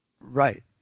right